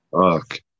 Fuck